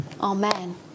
Amen